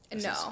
no